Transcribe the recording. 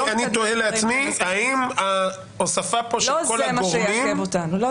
אני תוהה לעצמי האם הוספה של כל הגורמים זה